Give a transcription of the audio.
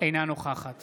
אינה נוכחת